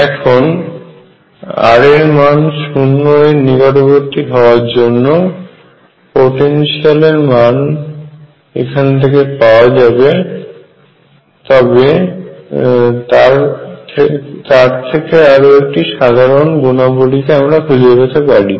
এখন r এর মান 0 শূন্য এর নিকটবর্তী হওয়ার জন্য যে পোটেনশিয়ালের মান এখান থেকে পাওয়া যাবে তার থেকে আরো কিছু সাধারন গুণাবলিকে আমরা খুঁজে পেতে পারি